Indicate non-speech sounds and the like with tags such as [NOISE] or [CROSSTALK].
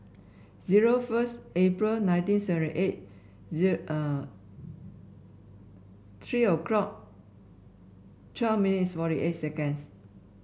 zero first April nineteen seventy eight [HESITATION] three o'clock twelve minutes forty eight seconds